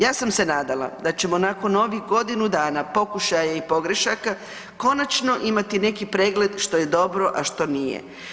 Ja sam se nadala da ćemo nakon ovih godinu dana pokušaja i pogrešaka, konačno imati neki pregled što je dobro a što nije.